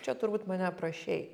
čia turbūt mane aprašei